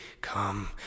come